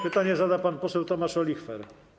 Pytanie zada pan poseł Tomasz Olichwer.